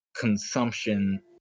consumption